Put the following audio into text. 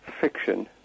Fiction